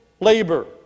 labor